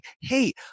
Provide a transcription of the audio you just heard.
hey